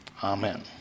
Amen